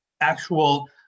actual